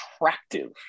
attractive